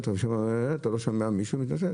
החברה אומרת שלא התנתק